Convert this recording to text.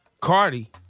Cardi